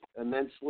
immensely